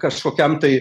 kažkokiam tai